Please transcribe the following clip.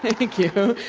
and thank you.